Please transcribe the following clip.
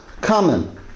common